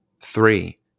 Three